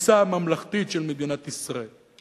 התפיסה הממלכתית של מדינת ישראל.